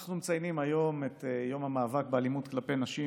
אנחנו מציינים היום את יום המאבק באלימות כלפי נשים,